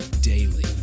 daily